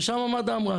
ושם מד"א אמרה,